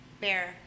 Bear